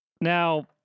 Now